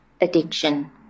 addiction